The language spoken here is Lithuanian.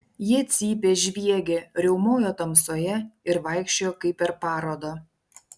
jie cypė žviegė riaumojo tamsoje ir vaikščiojo kaip per parodą